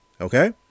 Okay